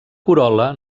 corol·la